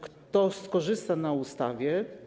Kto skorzysta na ustawie?